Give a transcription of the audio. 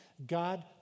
God